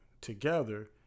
together